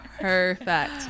perfect